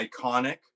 iconic